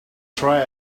try